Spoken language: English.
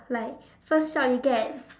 like first job you get